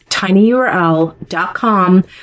tinyurl.com